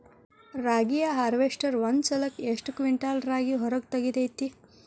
ರಾಗಿಯ ಹಾರ್ವೇಸ್ಟರ್ ಒಂದ್ ಸಲಕ್ಕ ಎಷ್ಟ್ ಕ್ವಿಂಟಾಲ್ ರಾಗಿ ಹೊರ ತೆಗಿತೈತಿ?